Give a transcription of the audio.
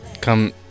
Come